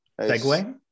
segue